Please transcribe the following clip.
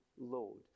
load